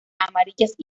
amarillas